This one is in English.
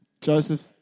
joseph